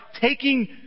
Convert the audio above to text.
taking